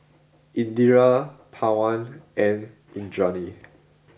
Indira Pawan and Indranee